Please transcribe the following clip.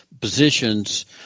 positions